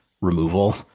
removal